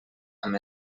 amb